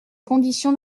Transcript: conditions